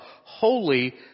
holy